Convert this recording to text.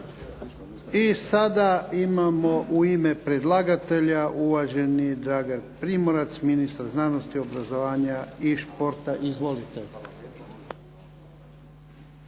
I sada imamo u ime predlagatelja uvaženi Dragan Primorac ministar znanosti, obrazovanja i športa. Izvolite.